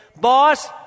boss